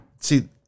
see